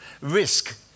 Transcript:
risk